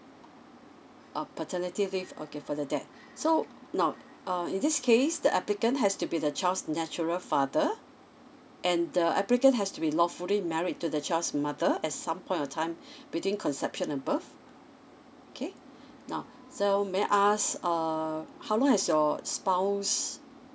uh paternity leave okay for the dead so now uh in this case the applicant has to be the child's natural father and the applicant has to be lawfully married to the child's mother at some point of time between conception above okay now so may I ask err how long has your spouse